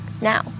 Now